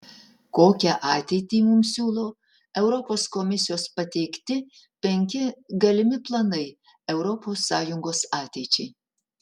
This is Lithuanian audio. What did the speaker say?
kokią ateitį mums siūlo europos komisijos pateikti penki galimi planai europos sąjungos ateičiai